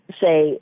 say